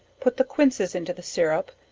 put the quinces into the sirrup,